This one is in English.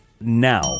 now